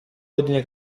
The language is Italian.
ordine